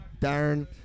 Darren